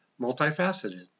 multifaceted